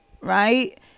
right